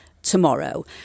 Tomorrow